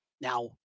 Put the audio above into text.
Now